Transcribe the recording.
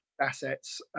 assets